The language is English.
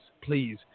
please